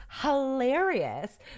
hilarious